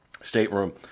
stateroom